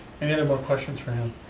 and and more questions for him?